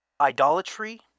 idolatry